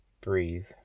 breathe